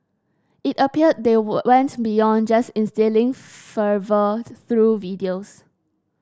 it appears they went beyond just instilling fervour through videos